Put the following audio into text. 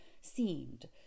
seemed